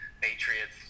Patriots